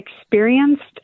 experienced